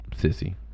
sissy